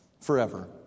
forever